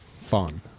fun